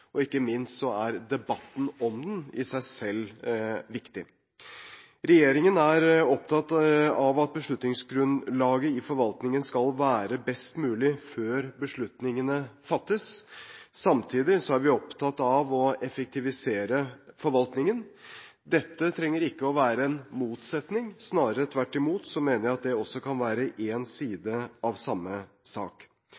Ikke minst er debatten om den i seg selv viktig. Regjeringen er opptatt av at beslutningsgrunnlaget i forvaltningen skal være best mulig før beslutningene fattes. Samtidig er vi opptatt av å effektivisere forvaltningen. Dette trenger ikke å være en motsetning. Snarere tvert imot mener jeg at det også kan være en